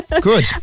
Good